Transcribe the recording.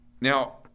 Now